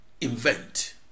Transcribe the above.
invent